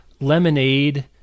lemonade